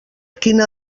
quina